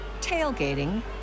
tailgating